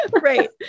Right